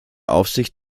aufsicht